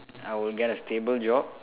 I will get a stable job